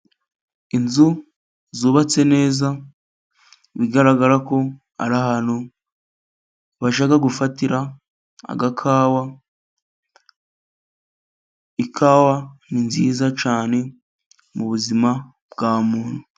Inzu zubatse neza bigaragara ko, ari ahantu bajya gufatira agakawa, ikawa ni nziza cyane mubuzima bwa muntu.